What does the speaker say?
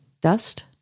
dust